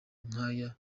nk’aya